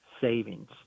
savings